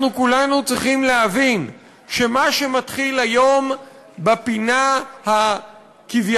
אנחנו כולנו צריכים להבין שמה שמתחיל היום בפינה הכביכול-קיצונית